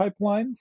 pipelines